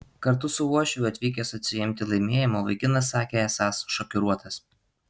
kartu su uošviu atvykęs atsiimti laimėjimo vaikinas sakė esąs šokiruotas